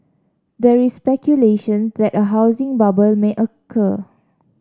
there is speculation that a housing bubble may occur